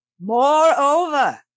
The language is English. Moreover